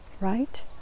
right